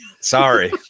Sorry